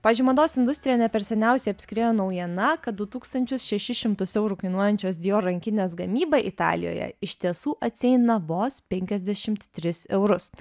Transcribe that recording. pavyzdžiui mados industrijoj ne per seniausiai apskriejo naujiena kad du tūkstančius šešis šimtus eurų kainuojančios dior rankinės gamyba italijoje iš tiesų atsieina vos penkiasdešimt tris eurus